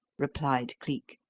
replied cleek.